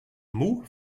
moe